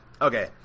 Okay